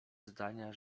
zdania